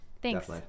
Thanks